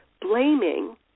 blaming